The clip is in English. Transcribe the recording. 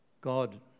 God